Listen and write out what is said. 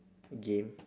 game